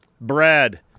Brad